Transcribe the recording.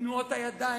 ותנועות הידיים,